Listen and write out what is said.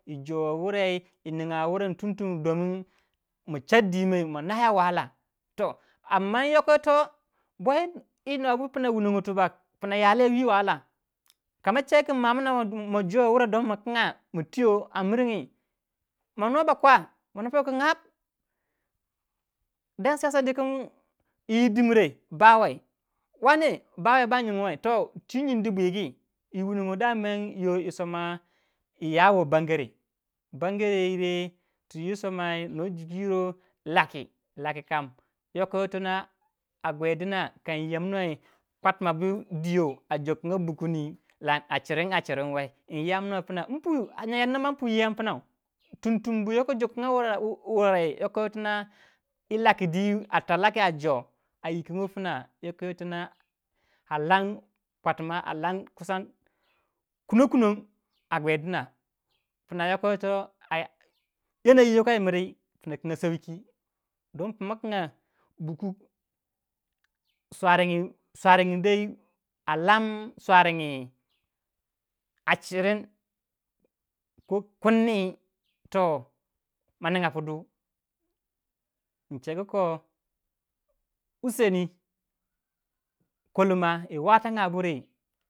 Yininga wuren tunm tume don ner ba char dwi yew ba wahala toh amma yoko yitoh bwei nobu pna wunongo puna ya lei whi wahala kama che kin ma'amna ma jor wurai don ma kinga ma tiyo amiringi ma nuwei ba kwa, manu po kin af dan siyasa dikingi yi dimre bawai ba nyinguwei twi nyindi bwigi yi wunongo yi soma yi ya won akatuna twi yi somai no jukuyiro bur laki. yoko tina a gwei dina kan ⁪yiyamnuei kwatma bu diyo a jo kanga bukuni acirin acirin in puyiyon punou tum tum bu yoko jokonga wurai wai tokoyintina yi lakidi a joh a yikongo punou yo yitina a lan kwotwamba kusan kuno kunon a guei dina pina yoko yitoh bukukuwa yi miri puna sarki swaringi alan swaringi acirin kun ni toh maning pu du in chegu koh useni kolma yi watanga buri.